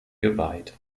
geweiht